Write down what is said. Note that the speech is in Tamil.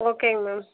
ஓகேங்க மேம்